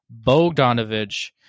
Bogdanovich